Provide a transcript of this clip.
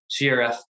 CRF